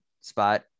spot